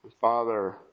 Father